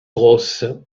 grosse